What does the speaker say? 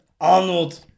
Arnold